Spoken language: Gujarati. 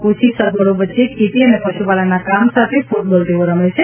ઓછી સગવડો વચ્ચે ખેતી અને પશુપાલનના કામ સાથે ફુટબોલ રમે છે